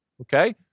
Okay